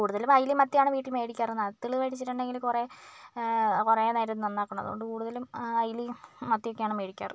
കൂടുതലും അയലയും മത്തിയാണ് വീട്ടിൽ മേടിക്കാറ് നത്തിൾ മേടിച്ചിട്ടുണ്ടെങ്കിൽ കുറേ കുറേ നേരം നന്നാക്കണം അത്കൊണ്ട് കൂടുതലും അയലയും മത്തിയൊക്കെയാണ് മേടിക്കാറ്